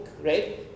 right